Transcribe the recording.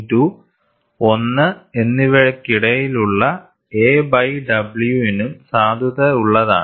2 1 എന്നിവയ്ക്കിടയിലുള്ള a by w നും സാധുതയുള്ളതാണ്